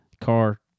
Car